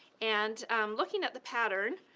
and looking at the pattern,